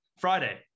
Friday